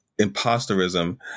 imposterism